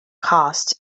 cast